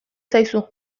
zaizu